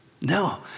No